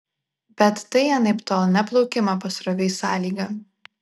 bet tai anaiptol ne plaukimo pasroviui sąlyga